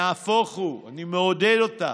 נהפוך הוא, אני מעודד אותם.